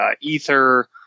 Ether